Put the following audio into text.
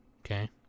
Okay